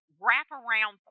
wraparound